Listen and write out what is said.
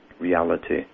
reality